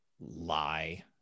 Lie